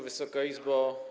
Wysoka Izbo!